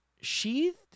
sheathed